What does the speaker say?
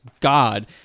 god